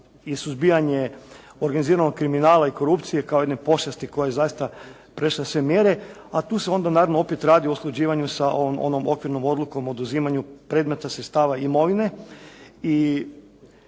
i suzbijanje organiziranog kriminala i korupcije kao jedne pošasti koja je zaista prešla sve mjere, a tu se onda naravno opet radi o usklađivanju sa onom okvirnom odlukom oduzimanju predmeta sredstava imovine